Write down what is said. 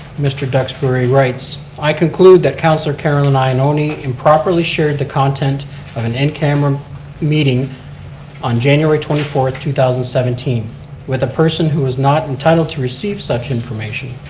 mr. duxbury writes, i conclude that councilor carolynn ioannoni improperly shared the content of an in camera meeting on january twenty fourth, two thousand and seventeen with a person who is not entitled to receive such information.